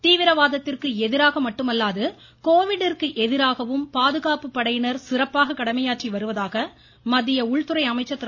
தீவிரவாதத்திற்கு எதிராக மட்டுமல்லாது கோவிட்டிற்கு எதிராகவும் பாதுகாப்பு படையினர் சிறப்பாக கடமையாற்றி வருவதாக மத்திய உள்துறை அமைச்சர் திரு